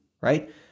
right